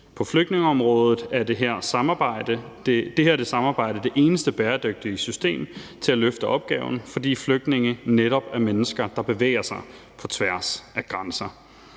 På flygtningeområdet er det her samarbejde det eneste bæredygtige system til at løfte opgaven, fordi flygtninge netop er mennesker, der bevæger sig på tværs af grænser.